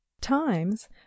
times